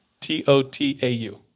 T-O-T-A-U